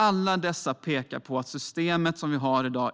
Alla dessa menar att dagens system